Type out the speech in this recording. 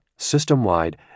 system-wide